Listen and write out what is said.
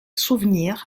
souvenir